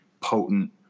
potent